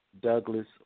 Douglas